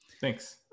Thanks